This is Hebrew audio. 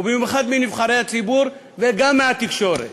ובמיוחד מנבחרי הציבור, וגם מהתקשורת,